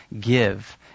give